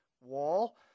wall